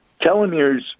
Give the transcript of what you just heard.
telomeres